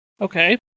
Okay